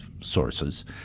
sources